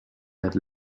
had